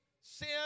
sin